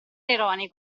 ironico